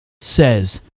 says